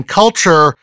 culture